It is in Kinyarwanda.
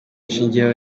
nshingiraho